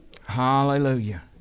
Hallelujah